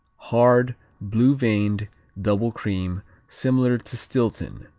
hard blue-veined double cream similar to stilton.